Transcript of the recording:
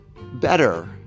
better